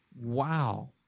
Wow